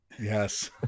yes